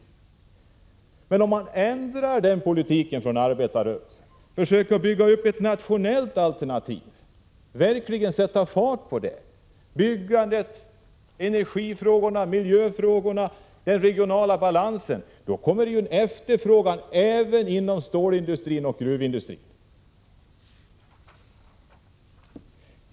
Om man däremot ändrar politiken till förmån för arbetarrörelsen, försöker bygga upp ett nationellt alternativ och verkligen sätter fart på byggandet, energifrågorna, miljöfrågorna och den regionala balansen, kommer det att uppstå en efterfrågan även inom stålindustrin och gruvindustrin.